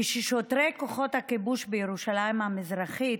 כששוטרי כוחות הכיבוש בירושלים המזרחית,